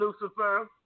Lucifer